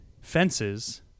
Fences